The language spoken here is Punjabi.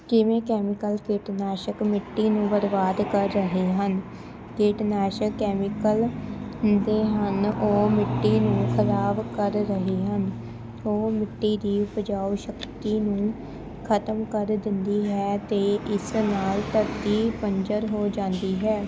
ਕਿਵੇਂ ਕੈਮੀਕਲ ਕੀਟਨਾਸ਼ਕ ਮਿੱਟੀ ਨੂੰ ਬਰਬਾਦ ਕਰ ਰਹੇ ਹਨ ਕੀਟਨਾਸ਼ਕ ਕੈਮੀਕਲ ਹੁੰਦੇ ਹਨ ਉਹ ਮਿੱਟੀ ਨੂੰ ਖ਼ਰਾਬ ਕਰ ਰਹੇ ਹਨ ਉਹ ਮਿੱਟੀ ਦੀ ਉਪਜਾਊ ਸ਼ਕਤੀ ਨੂੰ ਖ਼ਤਮ ਕਰ ਦਿੰਦੀ ਹੈ ਅਤੇ ਇਸ ਨਾਲ ਧਰਤੀ ਬੰਜਰ ਹੋ ਜਾਂਦੀ ਹੈ